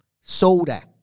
Soda